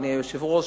אדוני היושב-ראש.